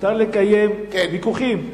מותר לקיים ויכוחים.